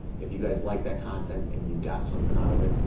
if you guys liked that content and you got something out of it,